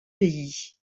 pays